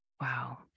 Wow